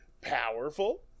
powerful